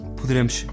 poderemos